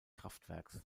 kraftwerks